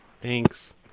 Thanks